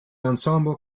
ensemble